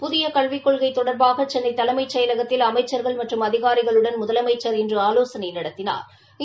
புதிய கல்விக் கொள்கை தொடர்பாக சென்னை தலைமைச் செயகலத்தில் அமைச்சர்கள் மற்றும் அதிகாரிகளுடன் முதலமைச்சா் இன்று ஆலோசனை நடத்தினாா்